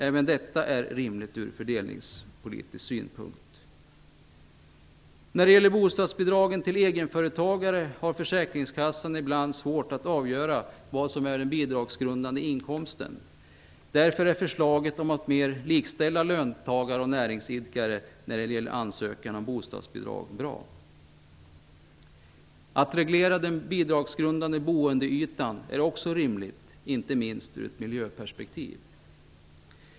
Även detta är rimligt ur fördelningspolitisk synpunkt. När det gäller bostadsbidragen till egenföretagare har försäkringskassan ibland svårt att avgöra vad som är den bidragsgrundande inkomsten. Därför är förslaget om att mer likställa löntagare och näringsidkare när det gäller ansökan om bostadsbidrag bra. Att reglera den bidragsgrundande boendeytan är också rimligt, inte minst ur ett miljöperspektiv.